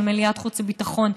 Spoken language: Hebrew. של מליאת חוץ וביטחון,